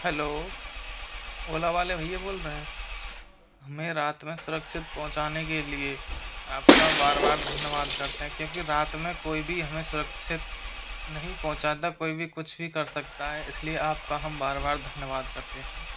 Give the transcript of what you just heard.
hello Ola वाले भैया बोल रहे हैं हमें रात में सुरक्षित पहुँचाने के लिए आपका बार बार धन्यवाद करते हैं क्योंकि रात में कोई भी हमें सुरक्षित नहीं पहुँचाता कोई भी कुछ भी कर सकता है इसलिए आपका हम बार बार धन्यवाद करते हैं